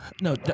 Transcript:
No